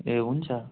ए हुन्छ